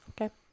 Okay